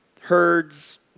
herds